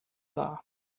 dda